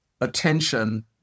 attention